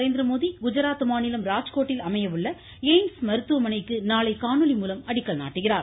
நரேந்திரமோடி குஜராத் மாநிலம் ராஜ்கோட்டில் அமைய உள்ள எய்ம்ஸ் மருத்துவமனைக்கு நாளை காணொலி மூலம் அடிக்கல் நாட்டுகிறார்